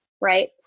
right